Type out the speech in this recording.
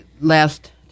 last